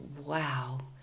wow